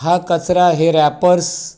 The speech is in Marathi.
हा कचरा हे रॅपर्स